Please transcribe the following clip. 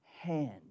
hand